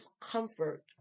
comfort